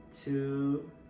two